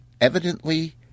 Evidently